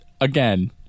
again